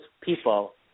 people